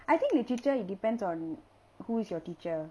I think literature it depends on who is your teacher